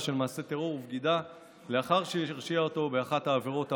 של מעשה טרור ובגידה לאחר שהרשיע אותו באחת העבירות האמורות.